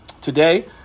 Today